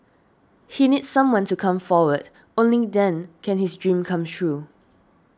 he needs someone to come forward only then can his dream come true